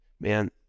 man